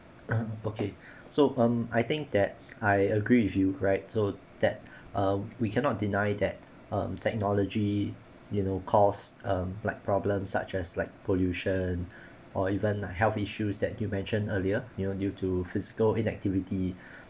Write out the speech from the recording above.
okay so um I think that I agree with you right so that uh we cannot deny that um technology you know cause um like problems such as like pollution or even a health issues that you mentioned earlier you know due to physical inactivity